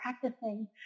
practicing